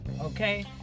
Okay